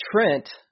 Trent